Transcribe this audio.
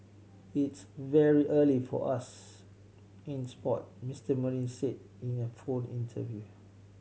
it's very early for us in sport Mister Marine said in a phone interview